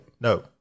No